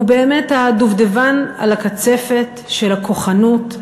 הוא באמת הדובדבן על הקצפת של הכוחנות,